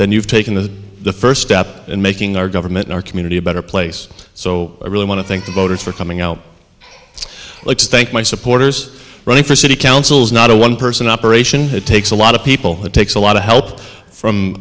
then you've taken the the first step in making our government our community a better place so i really want to thank the voters for coming out let's thank my supporters running for city council is not a one person operation it takes a lot of people it takes a lot of help